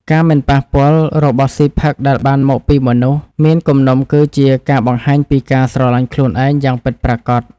ការមិនប៉ះពាល់របស់ស៊ីផឹកដែលបានមកពីមនុស្សមានគំនុំគឺជាការបង្ហាញពីការស្រឡាញ់ខ្លួនឯងយ៉ាងពិតប្រាកដ។